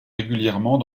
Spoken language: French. régulièrement